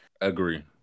Agree